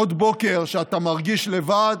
עוד בוקר שאתה מרגיש לבד,